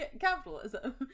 Capitalism